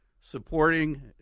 supporting